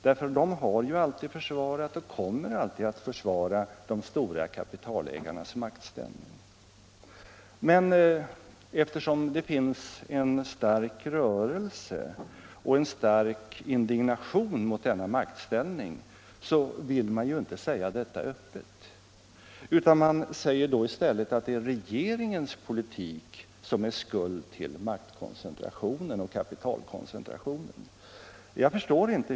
Moderaterna har alltid försvarat och kommer alltid att försvara de stora kapitalägarnas maktställning, men eftersom det finns en stark rörelse och en stark indignation mot denna maktställning vill man inte säga det öppet, utan man säger i stället att det är regeringens politik som är skuld till maktoch kapitalkoncentrationen.